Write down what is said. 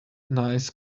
nice